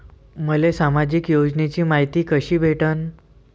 मले सामाजिक योजनेची मायती कशी भेटन?